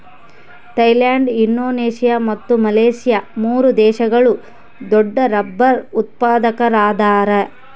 Thailand Indonesia ಮತ್ತು Malaysia ಮೂರು ದೇಶಗಳು ದೊಡ್ಡರಬ್ಬರ್ ಉತ್ಪಾದಕರದಾರ